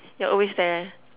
you're always there